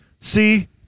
See